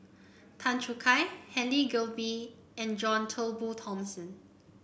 Tan Choo Kai Helen Gilbey and John Turnbull Thomson